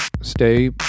stay